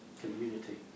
community